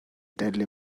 deadly